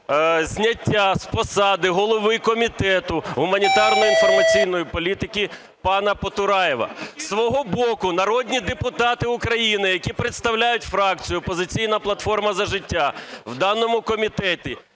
зняття з посади голови Комітету гуманітарної та інформаційної політики пана Потураєва. Зі свого боку народні депутати України, які представляють фракцію "Опозиційна платформа – За життя" в даному комітеті